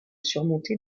surmonté